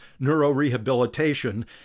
neurorehabilitation